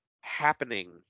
happening